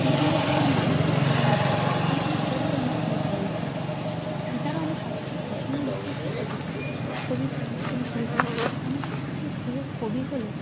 বিভিন্ন ধরনের মানুষের জীবনের কথা এইগুলো পড়তে আমার খুবই ভালো লাগে এছাড়াও আমার সবচেয়ে পছন্দের বিষয় হচ্ছে কবিতা কবিতা পড়তে আমি খুবই ভালোবাসি আমার সবচেয়ে প্রিয় কবি হল